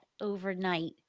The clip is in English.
overnight